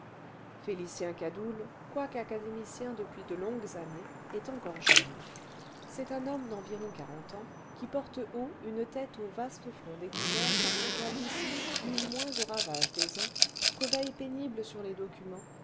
félicien cadoul quoique académicien dejiuis de longues années est encore jeune c'est un homme d'environ quarante ans qui porte haut une tête au vaste front découvert par une calvitie due moins aux ravages des ans qu'aux veilles pénibles sur les documents